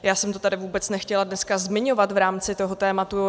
Já jsem to tady vůbec nechtěla dneska zmiňovat v rámci toho tématu.